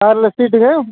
காரில் சீட்டுங்க